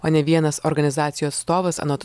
o ne vienas organizacijos atstovas anot